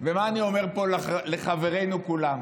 ומה אני אומר פה לחברינו כולם?